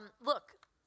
Look